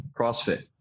CrossFit